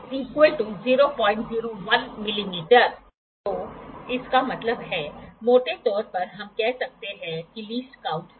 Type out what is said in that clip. तो यदि आप इसे देखें तो यहां एक वर्किंग एड्ज working edgeहै जिसे आप रख सकते हैं और अक्यूूट एंगल यह एक बेस है यह एक क्लैंप है